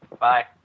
Bye